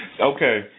Okay